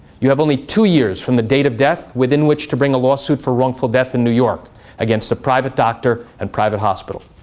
you have only two years from the date of death in which to bring a lawsuit for wrongful death in new york against a private doctor and private hospital.